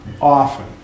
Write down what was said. often